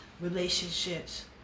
relationships